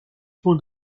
from